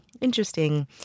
interesting